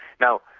now,